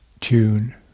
tune